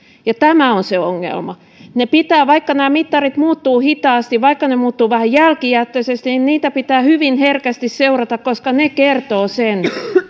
ja tämä on se ongelma vaikka nämä mittarit muuttuvat hitaasti vaikka ne muuttuvat vähän jälkijättöisesti niitä pitää hyvin herkästi seurata koska ne kertovat sen